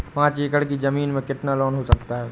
पाँच एकड़ की ज़मीन में कितना लोन हो सकता है?